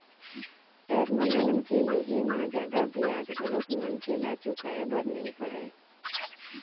term loan के लेहे म जादा बियाज घलोक मनसे ल चुकाय बर नइ परय